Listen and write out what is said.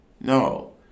No